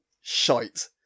shite